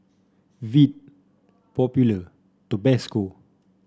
Veet Popular Tabasco